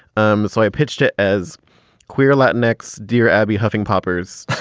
um so i pitched it as queer latin x. dear abby huffing poppers.